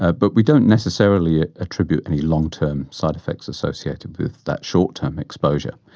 ah but we don't necessarily attribute any long-term side effects associated with that short-term exposure.